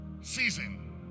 season